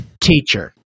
teacher